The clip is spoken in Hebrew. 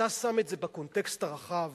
כשאתה שם את זה בקונטקסט הרחב